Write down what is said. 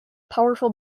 powerful